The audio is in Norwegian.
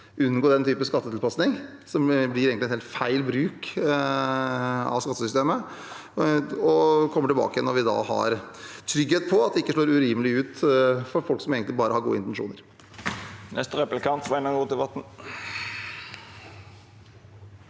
unngå den type skattetilpasning, for det blir en helt feil bruk av skattesystemet. Vi kommer tilbake til det når vi har trygghet for at det ikke slår urimelig ut for folk som egentlig bare har gode intensjoner.